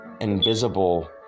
invisible